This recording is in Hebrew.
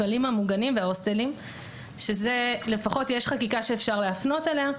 המפעלים המוגנים וההוסטלים ולפחות יש חקיקה שאפשר להפנות אליה.